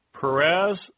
Perez